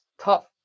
tough